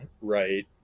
right